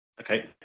okay